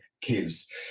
kids